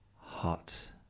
hot